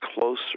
closer